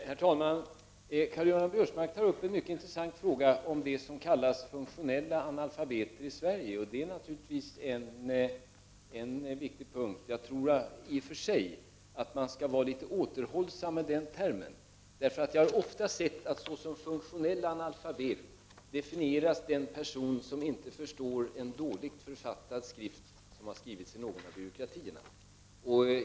Herr talman! Karl-Göran Biörsmark tar upp en mycket intressant fråga, dvs. om dem som kallas funktionella analfabeter i Sverige. Jag tror i och för sig att man skall vara litet återhållsam med den termen, därför att såsom funktionell analfabet definieras ofta den person som inte förstår en dåligt författad skrift från någon av byråkratierna.